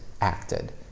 acted